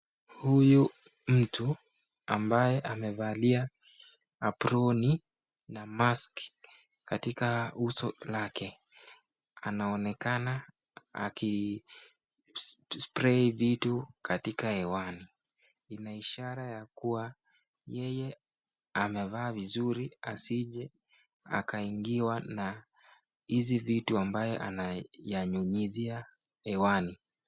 Huyu mtu ambaye amevalia aproni na meski katika uso wake anaonekana aki spray vitu katika hewani. Inaishara ya kuwa yeye amevaa vizuri asije akaingiwa na hizi vitu ambayo anayanyunyizia hewani.